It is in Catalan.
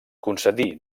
concedí